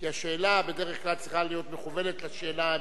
כי השאלה בדרך כלל צריכה להיות מכוונת לשאלה המרכזית.